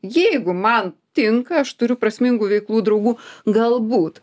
jeigu man tinka aš turiu prasmingų veiklų draugų galbūt